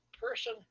person